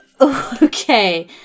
Okay